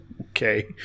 Okay